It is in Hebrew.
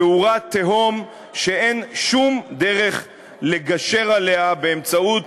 פעורה תהום שאין שום דרך לגשר עליה באמצעות